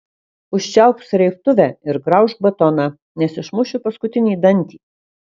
užčiaupk srėbtuvę ir graužk batoną nes išmušiu paskutinį dantį